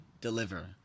deliver